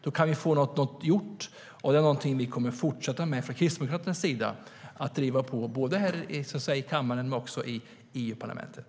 Då kan vi få något gjort, och det är något som vi kristdemokrater kommer att fortsätta med. Vi kommer att fortsätta att driva på både här i kammaren och i EU-parlamentet.